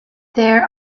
there